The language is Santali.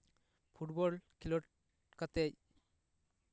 ᱵᱚᱞ ᱠᱷᱮᱞᱳᱰ ᱠᱟᱛᱮᱜ